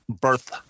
birth